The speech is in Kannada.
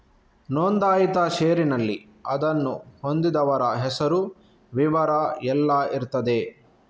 ನೋಂದಾಯಿತ ಷೇರಿನಲ್ಲಿ ಅದನ್ನು ಹೊಂದಿದವರ ಹೆಸರು, ವಿವರ ಎಲ್ಲ ಇರ್ತದೆ